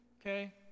okay